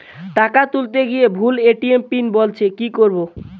টাকা তুলতে গিয়ে ভুল এ.টি.এম পিন বলছে কি করবো?